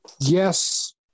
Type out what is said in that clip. yes